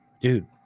dude